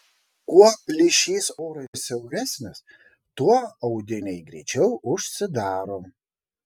kuo plyšys orui siauresnis tuo audiniai greičiau užsidaro